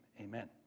amen